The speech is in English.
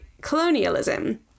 colonialism